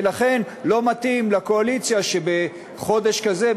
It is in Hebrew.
ולכן לא מתאים לקואליציה שבחודש כזה,